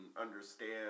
understand